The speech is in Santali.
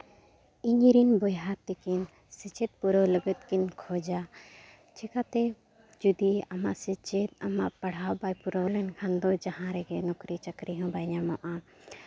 ᱤᱧᱨᱮᱱ ᱵᱚᱭᱦᱟ ᱛᱟᱹᱠᱤᱱ ᱥᱮᱪᱮᱫ ᱯᱩᱨᱟᱹᱣ ᱞᱟᱹᱜᱤᱫ ᱠᱤᱱ ᱠᱷᱚᱡᱟ ᱪᱤᱠᱟᱹᱛᱮ ᱡᱩᱫᱤ ᱟᱢᱟᱜ ᱥᱮᱪᱮᱫ ᱟᱢᱟᱜ ᱯᱟᱲᱦᱟᱣ ᱵᱟᱭ ᱯᱩᱨᱟᱹᱣ ᱞᱮᱱᱠᱷᱟᱱ ᱫᱚ ᱡᱟᱦᱟᱸ ᱨᱮᱜᱮ ᱱᱚᱠᱨᱤ ᱪᱟᱹᱠᱨᱤ ᱦᱚᱸ ᱵᱟᱭ ᱧᱟᱢᱚᱜᱼᱟ